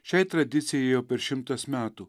šiai tradicijai jau per šimtas metų